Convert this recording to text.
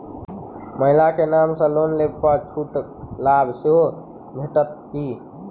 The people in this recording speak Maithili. महिला केँ नाम सँ लोन लेबऽ पर छुटक लाभ सेहो भेटत की?